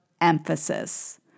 emphasis